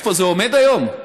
איפה זה עומד היום?